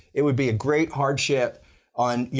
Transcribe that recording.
it would be a great hardship on, you